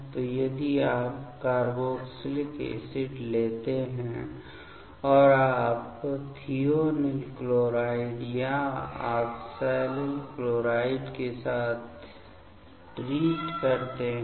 तो यदि आप कार्बोक्जिलिक एसिड लेते हैं और आप थियोनिल क्लोराइड या ऑक्सैलिल क्लोराइड के साथ इलाज करते हैं